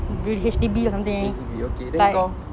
H_D_B okay then kau